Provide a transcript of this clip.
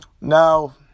Now